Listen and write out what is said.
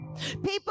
People